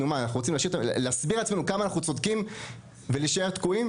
אנחנו רוצים להסביר לעצמנו כמה אנחנו צודקים ולהישאר תקועים,